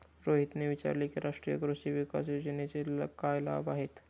रोहितने विचारले की राष्ट्रीय कृषी विकास योजनेचे काय लाभ आहेत?